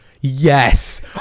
Yes